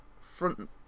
front